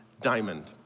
diamond